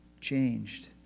changed